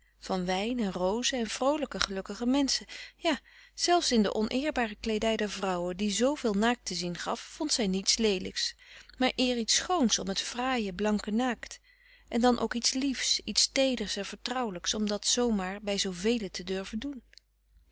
van wijn en rozen en vroolijke gelukkige menschen ja zelfs in de oneerbare kleedij der vrouwen die zooveel naakt te zien gaf vond zij niets leelijks maar eer iets schoons om het fraaie blanke naakt en dan ook iets liefs iets teeders en vertrouwelijks om dat zoo maar bij zoovelen te durven doen